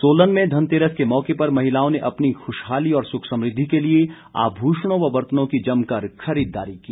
सोलन में घनतेरस के मौके पर महिलाओं ने अपनी खुशहाली और सुख समृद्धि के लिए आभूषणों व बर्तनों की जमकर खरीददारी की